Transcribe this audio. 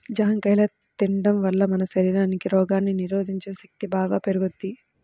జాంకాయ తిండం వల్ల మన శరీరానికి రోగాల్ని నిరోధించే శక్తి బాగా పెరుగుద్ది